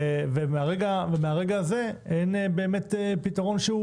ומרגע זה אין באמת פתרון.